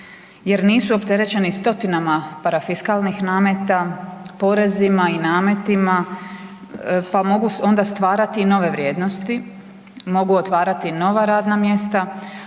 jer nisu opterećeni stotinama parafiskalnih nameta, porezima i nametima, pa mogu onda stvarati i nove vrijednosti, mogu otvarati nova radna mjesta,